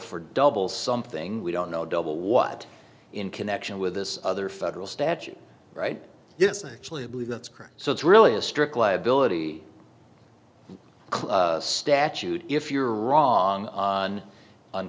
for double something we don't know double what in connection with this other federal statute right yes i actually believe that's correct so it's really a strict liability statute if you're wrong on